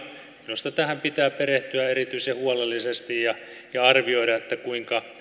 minusta tähän pitää perehtyä erityisen huolellisesti ja arvioida kuinka